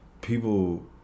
people